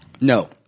No